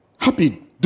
happy